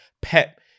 pep